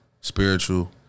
spiritual